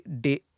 day